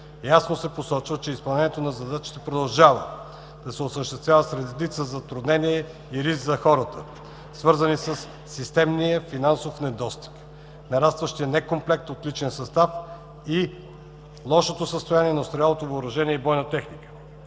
Ясно се посочва, че изпълнението на задачите продължава да „се осъществява с редица затруднения и риск за хората“, свързани със системния финансов недостиг, нарастващия некомплект от личен състав и лошото състояние на остарялото въоръжение и бойна техника.